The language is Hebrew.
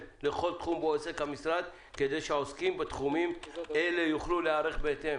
לכל תחום בו עוסק המשרד כדי שהעוסקים בתחומים אלה יוכלו להיערך בהתאם.